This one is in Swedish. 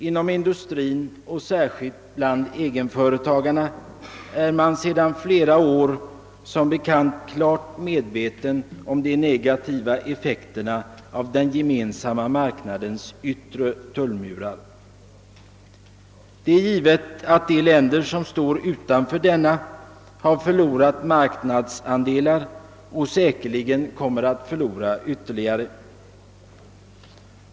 Inom industrin och särskilt bland egenföretagarna är man sedan flera år som bekant klart medveten om de negativa effekterna av den gemensamma marknadens yttre tullmur. Det är givet att de länder som står utanför denna har förlorat marknadsandelar och säkerligen kommer att förlora ytterligare.